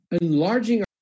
enlarging